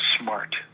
smart